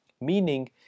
Meaning